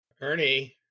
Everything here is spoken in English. Ernie